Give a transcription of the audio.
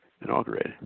inaugurated